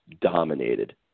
dominated